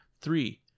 Three